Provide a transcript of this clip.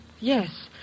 Yes